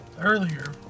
Earlier